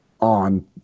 on